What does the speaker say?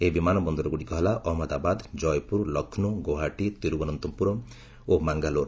ଏହି ବିମାନ ବନ୍ଦରଗୁଡ଼ିକ ହେଲା ଅହମ୍ମଦାବାଦ ଜୟପୁର ଲକ୍ଷ୍ମୌ ଗୁଆହାଟୀ ତିରବନନ୍ତପୁରମ୍ ଓ ମାଙ୍ଗାଲୋର